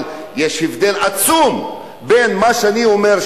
אבל יש הבדל עצום בין מה שאני אומר,